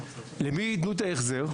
למי יתנו את ההחזר?